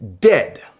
dead